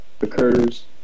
occurs